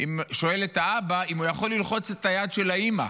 ושואל את האבא אם הוא יכול ללחוץ את היד של האימא.